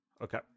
Okay